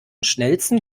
schnellsten